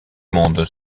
monde